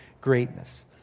greatness